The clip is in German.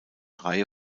reihe